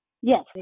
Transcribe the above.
yes